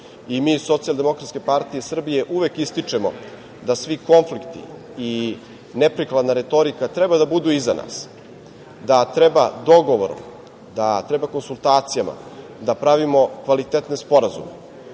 u regionu. Mi iz SDPS uvek ističemo da svi konflikti i neprikladna retorika treba da budu iza nas, da treba dogovorom, da treba konsultacijama da pravimo kvalitetne sporazume